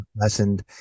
lessened